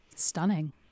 Stunning